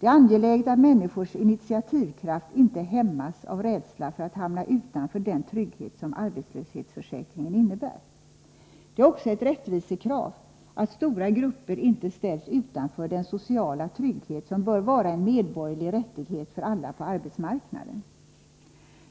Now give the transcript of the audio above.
Det är angeläget att människors initiativkraft inte hämmas av rädsla för att hamna utanför den trygghet som arbetslöshetsförsäkringen innebär. Det är också ett rättvisekrav att stora grupper inte ställs utanför den sociala trygghet som bör vara en medborgerlig rättighet för alla på arbetsmarknaden.